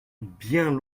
bien